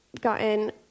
gotten